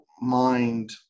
mind